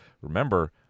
remember